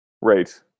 right